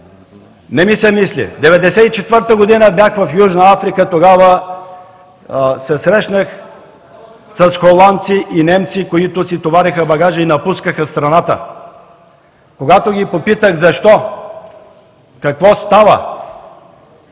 не ми се мисли! През 1994 г. бях в Южна Африка. Тогава се срещнах с холандци и немци, които си товареха багажа и напускаха страната. Когато ги попитах защо, какво става,